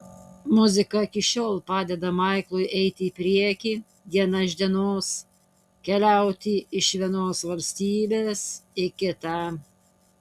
muzika iki šiol padeda maiklui eiti į priekį diena iš dienos keliauti iš vienos valstybės į kitą